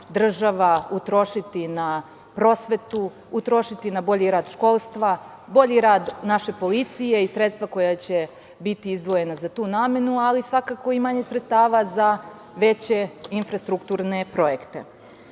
država utrošiti na prosvetu, utrošiti na bolji rad školstva, bolji rad naše policije i sredstva koja će biti izdvojena za tu namenu, ali svakako i manje sredstava za veće infrastrukturne projekte. Ipak